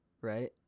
Right